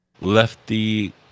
lefty